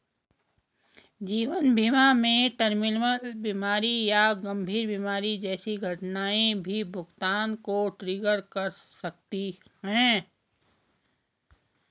जीवन बीमा में टर्मिनल बीमारी या गंभीर बीमारी जैसी घटनाएं भी भुगतान को ट्रिगर कर सकती हैं